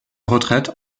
retraite